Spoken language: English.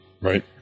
Right